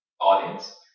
audience